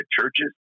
Churches